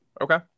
Okay